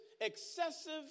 excessive